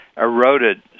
eroded